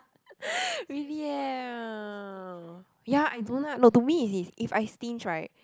really eh ya I don't like no to me is if I stinge right